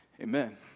Amen